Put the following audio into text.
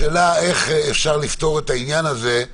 השאלה איך אפשר להבטיח שיהיה